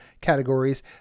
categories